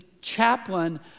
chaplain